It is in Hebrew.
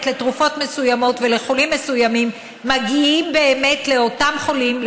לתרופות מסוימות ולחולים מסוימים מגיעים באמת לאותם חולים,